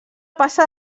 passa